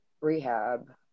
rehab